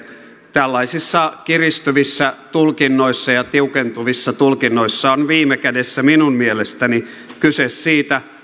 tällaisissa kiristyvissä ja tiukentuvissa tulkinnoissa on viime kädessä minun mielestäni kyse siitä